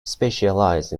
specialize